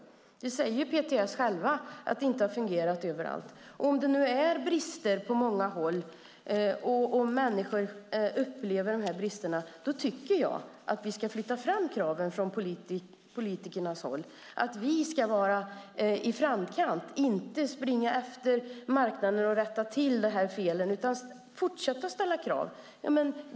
På PTS säger de själva att det inte har fungerat överallt. Om det nu är brister på många håll och människor upplever de här bristerna tycker jag att vi ska flytta fram kraven från politikernas håll. Vi ska vara i framkant, inte springa efter marknaden och rätta till de här felen, utan vi ska fortsätta att ställa krav.